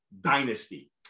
dynasty